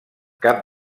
cap